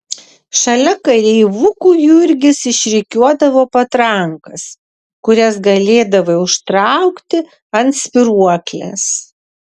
šalia kareivukų jurgis išrikiuodavo patrankas kurias galėdavai užtraukti ant spyruoklės